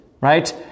Right